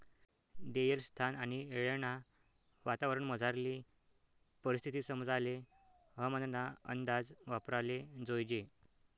देयेल स्थान आणि येळना वातावरणमझारली परिस्थिती समजाले हवामानना अंदाज वापराले जोयजे